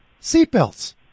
seatbelts